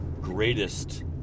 greatest